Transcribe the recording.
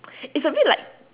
it's a bit like